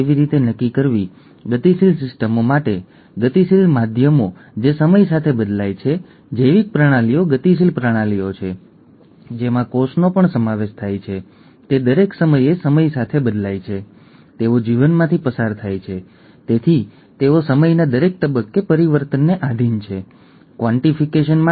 એ જ રીતે થેલેસેમિયા શું છે તે જાણવા માટે તમે આ વિડિયો જોઈ શકો છો ખાસ કરીને બીટા થેલેસેમિયા આલ્ફા થેલેસેમિયા અને બીટા થેલેસેમિયા છે તમે આના પર ક્લિક કરી શકો છો ફરીથી એક વૈકલ્પિક વિડિઓ